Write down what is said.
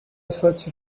such